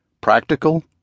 Practical